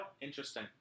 interesting